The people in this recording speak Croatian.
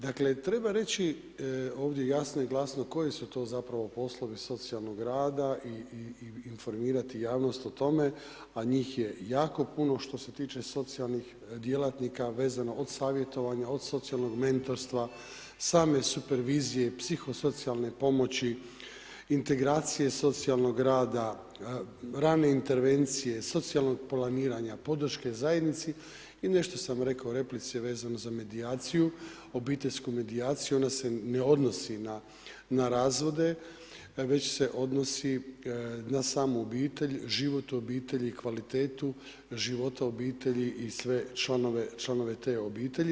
Dakle treba reći ovdje jasno i glasno koje su to zapravo poslovi socijalnog rada i informirati javnost o tome, a njih je jako puno, što se tiče socijalnih djelatnika vezano od savjetovanja, od socijalnog mentorstva, same supervizije, psihosocijalne pomoći, integracije socijalnog rada, rane intervencije, socijalnog planiranja, podrške zajednici i nešto sam rekao u replici vezano za medijaciju, obiteljsku medijaciju ona se ne odnosi na razvode, već se odnosi na samu obitelj, život u obitelji, kvalitetu života u obitelji i sve članove te obitelji.